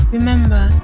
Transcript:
Remember